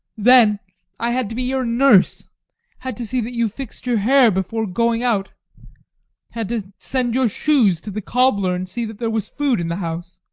then i had to be your nurse had to see that you fixed your hair before going out had to send your shoes to the cobbler, and see that there was food in the house.